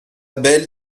belle